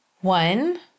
One